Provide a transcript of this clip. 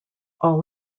all